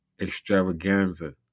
extravaganza